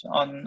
on